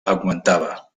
augmentava